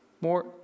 more